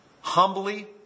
humbly